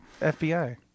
FBI